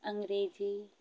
अंग्रेजी